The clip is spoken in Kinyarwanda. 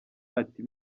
ati